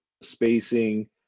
spacing